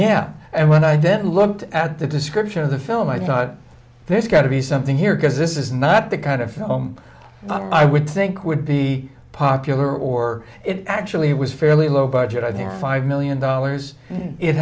yeah and when i did and looked at the description of the film i thought there's got to be something here because this is not the kind of film i would think would be popular or it actually was fairly low budget i think five million dollars it